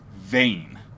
vain